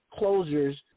closures